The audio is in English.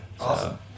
Awesome